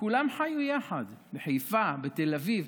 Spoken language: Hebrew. כולם חיו יחד בחיפה, בתל אביב.